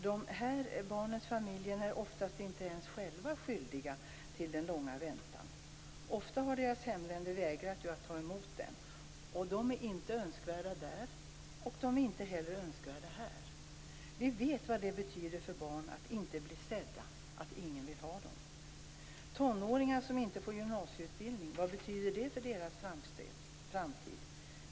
De här barnens familjer är ofta inte ens själva skyldiga till den långa väntan. Ofta har ju deras hemländer vägrat att ta emot dem. De är inte önskvärda där, och de är inte heller önskvärda här. Vi vet vad det betyder för barn att inte bli sedda, att ingen vill ha dem. Tonåringar som inte får gymnasieutbildning - vad betyder det för deras framtid?